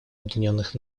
объединенных